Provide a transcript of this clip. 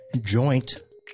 joint